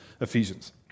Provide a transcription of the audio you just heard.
Ephesians